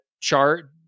chart